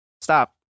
stop